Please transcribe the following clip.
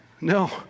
No